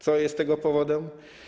Co jest tego powodem?